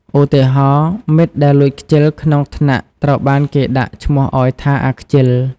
ឧទាហរណ៍ មិត្តដែលលួចខ្ជិលក្នុងថ្នាក់ត្រូវបានគេដាក់ឈ្មោះឱ្យថា “អាខ្ជិល"។